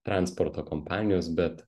transporto kompanijos bet